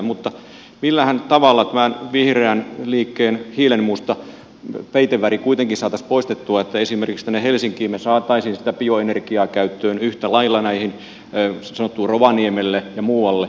mutta millähän tavalla tämän vihreän liikkeen hiilenmusta peiteväri kuitenkin saataisiin poistettua että esimerkiksi tänne helsinkiin me saisimme sitä bioenergiaa käyttöön yhtä lailla näihin sanottuihin rovaniemelle ja muualle